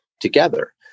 together